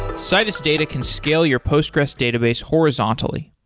citus data can scale your postgressql database horizontally.